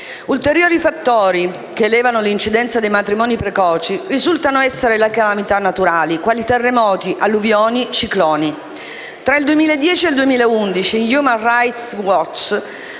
ulteriori fattori che elevano l'incidenza dei matrimoni precoci risultano essere le calamità naturali, quali: terremoti, alluvioni, cicloni;